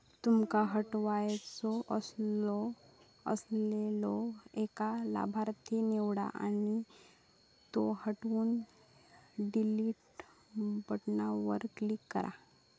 तुमका हटवायचो असलेलो एक लाभार्थी निवडा आणि त्यो हटवूक डिलीट बटणावर क्लिक करा